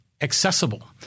accessible